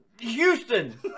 Houston